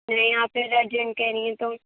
نہیں آپ پھر ارجنٹ کہہ رہی ہیں تو